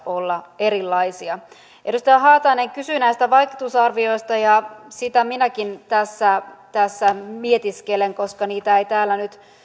olla erilaisia edustaja haatainen kysyi näistä vaikutusarvioista ja sitä minäkin tässä tässä mietiskelen koska niitä ei täällä nyt